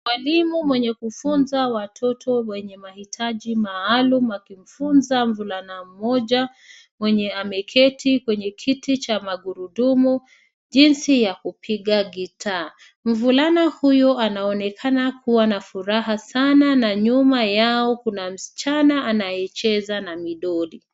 Mwalimu mwenye kufunza watoto wenye mahitaji maalum akimfunza mvulana mmoja mwenye ameketi kwenye kiti cha magurudumu, jinsi ya kupiga gitaa. Mvulana huyu anaonekana kuwa na furaha sana na nyuma yao kuna msichana anayecheza na midoli.